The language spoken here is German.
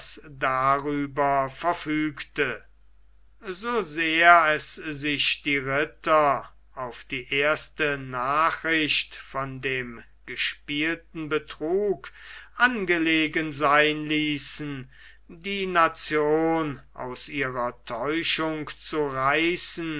darüber verfügte so sehr es sich die ritter auf die erste nachricht von dem gespielten betrug angelegen sein ließen die nation aus ihrer täuschung zu reißen